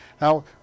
Now